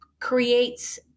creates